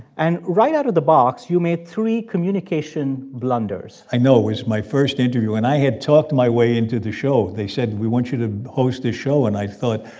and right out of the box, you made three communication blunders i know. it was my first interview. and i had talked my way into the show. they said, we want you to host this show. and i thought,